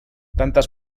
tantes